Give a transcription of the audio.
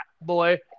boy